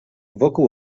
wokół